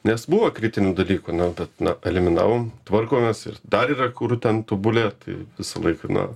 nes buvo kritinių dalykų bet na eliminavom tvarkomės ir dar yra kur ten tobulėti visą laiką na